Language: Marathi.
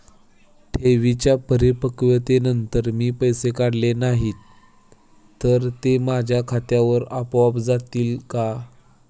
ठेवींच्या परिपक्वतेनंतर मी पैसे काढले नाही तर ते माझ्या खात्यावर आपोआप जातील का?